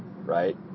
right